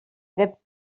aquest